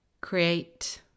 create